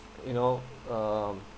you know um